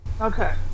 Okay